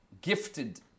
gifted